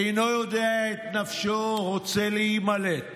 אינו יודע את נפשו, רוצה להימלט.